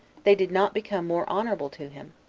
they did not become more honorable to him,